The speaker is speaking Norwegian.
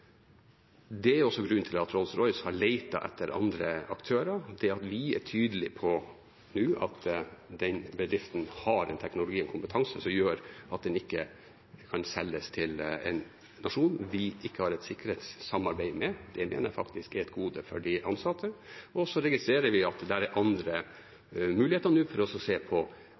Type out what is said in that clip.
Det er også grunnen til at Rolls-Royce har lett etter andre aktører. Det at vi nå er tydelige på at den bedriften har en teknologi og en kompetanse som gjør at den ikke kan selges til en nasjon vi ikke har et sikkerhetssamarbeid med, mener jeg faktisk er et gode for de ansatte. Så registrerer vi at det er andre muligheter for å se